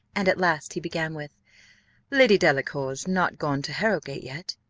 and at last he began with lady delacour's not gone to harrowgate yet?